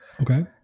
Okay